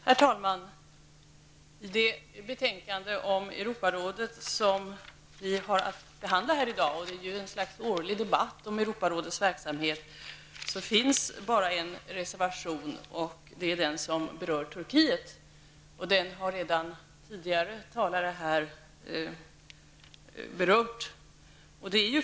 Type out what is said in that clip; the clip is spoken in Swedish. Herr talman! I det betänkande om Europarådet som vi har att behandla i dag -- det är en slags årligen återkommande debatt om Europarådets verksamhet -- finns bara en reservation. Det är den som berör Turkiet. Tidigare talare har redan berört reservationen.